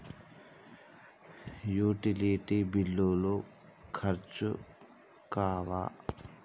Utility బిల్లులు ఖర్చు కావా?